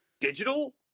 Digital